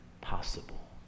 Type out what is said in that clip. possible